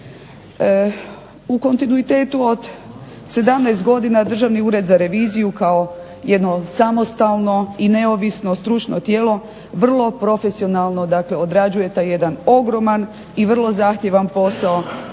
U kontinuitetu od 17 godina Državni ured za reviziju kao jedno samostalno i neovisno stručno tijelo vrlo profesionalno odrađuje taj jedan ogroman i vrlo zahtjevan posao